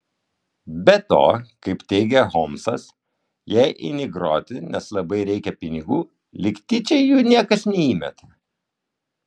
be to kaip teigia holmsas jei eini groti nes labai reikia pinigų lyg tyčia jų niekas neįmeta